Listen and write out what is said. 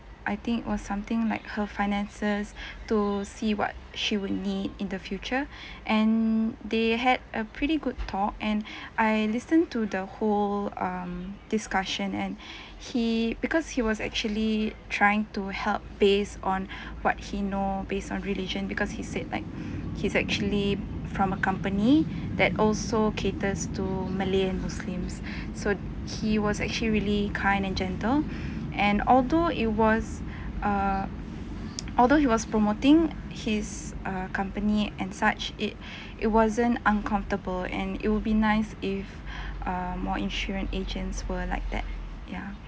I think it was something like her finances to see what she would need in the future and they had a pretty good talk and I listen to the whole um discussion and he because he was actually trying to help based on what he know based on religion because he said like he's actually from a company that also caters to malay and muslims so he was actually really kind and gentle and although it was uh although he was promoting his uh company and such it it wasn't uncomfortable and it will be nice if uh more insurance agents were like that ya